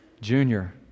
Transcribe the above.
Junior